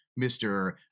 mr